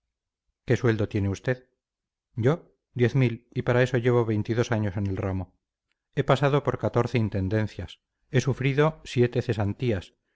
qué sueldo tiene usted yo diez mil y para eso llevo veintidós años en el ramo he pasado por catorce intendencias he sufrido siete cesantías